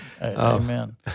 Amen